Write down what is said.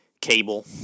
cable